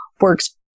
works